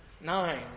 nine